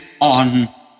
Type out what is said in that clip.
on